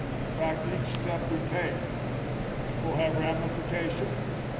in fact, each step we take will have ramifications,